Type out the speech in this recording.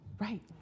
Right